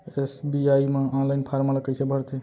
SBI म online form ल कइसे भरथे?